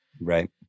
Right